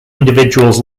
individuals